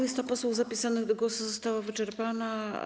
Lista posłów zapisanych do głosu została wyczerpana.